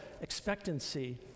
expectancy